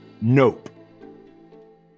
Nope